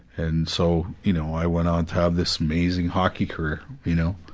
and so, you know, i went on to have this amazing hockey career, you know?